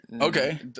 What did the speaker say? okay